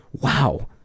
wow